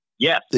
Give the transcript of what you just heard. Yes